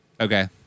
Okay